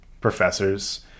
professors